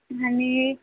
आणि